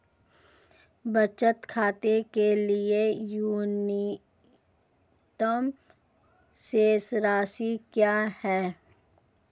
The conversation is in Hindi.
बचत खाते के लिए न्यूनतम शेष राशि क्या है?